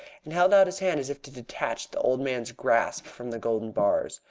and held out his hand as if to detach the old man's grasp from the golden bars.